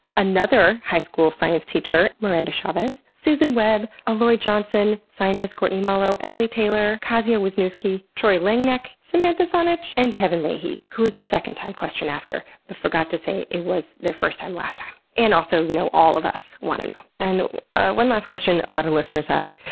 another high school science teacher miranda chavez, susan webb, aloi johnson, scientist courtney malo, emily taylor, kasia wisniewski, troy langknecht, samantha sonnich, and kevin lahey, who is a second-time question-asker but forgot to say it was their first time last time, and also, you know, all of us want to know and one last question all listeners had,